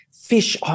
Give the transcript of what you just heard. Fish